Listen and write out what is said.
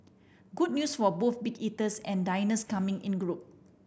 good news for both big eaters and diners coming in group